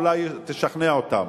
אולי תשכנע אותם.